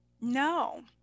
No